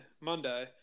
Monday